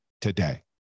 today